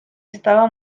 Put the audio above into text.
estaba